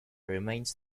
remains